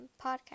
podcast